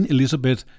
Elizabeth